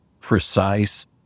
precise